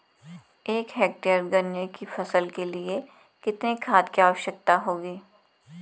एक हेक्टेयर गन्ने की फसल के लिए कितनी खाद की आवश्यकता होगी?